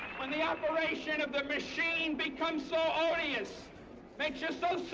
when the operation of the machine becomes so odious, makes you